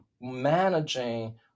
managing